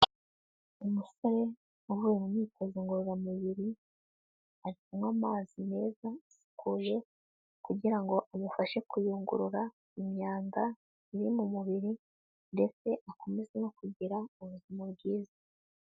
Umusore uvuye mu myitozo ngororamubiri ari kunywa amazi meza asukuye kugira ngo amufashe kuyungurura imyanda iri mu mubiri ndetse akomeze no kugira ubuzima bwiza.